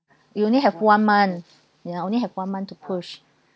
you only have one month we are only have one month to push